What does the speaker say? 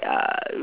uh